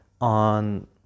on